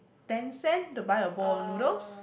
ten cent to buy a bowl of noodles